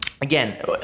Again